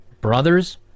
brothers